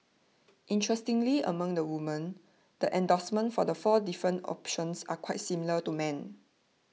interestingly among the women the endorsement for the four different options are quite similar to men